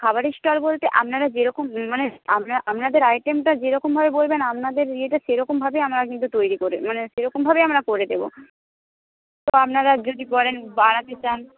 খাবারের স্টল বলতে আপনারা যেরকম মানে আপনাদের আইটেমটা যেরকমভাবে বলবেন আপনাদের ইয়েটা সেরকমভাবেই আমরা কিন্তু তৈরি করে মানে সেরকমভাবেই আমরা করে দেবো তো আপনারা যদি বলেন বাড়াতে চান